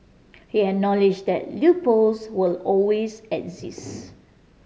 he acknowledge that loopholes will always exist